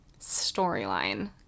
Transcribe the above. storyline